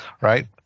right